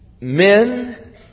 men